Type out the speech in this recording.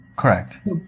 Correct